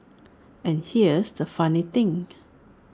and here's the funny thing